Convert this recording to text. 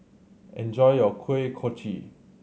enjoy your Kuih Kochi